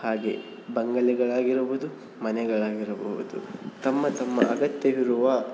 ಹಾಗೇ ಬಂಗಲೆಗಳಾಗಿರಬೋದು ಮನೆಗಳಾಗಿರಬಹುದು ತಮ್ಮ ತಮ್ಮ ಅಗತ್ಯವಿರುವ